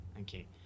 okay